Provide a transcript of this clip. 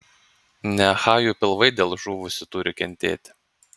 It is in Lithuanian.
ne achajų pilvai dėl žuvusių turi kentėti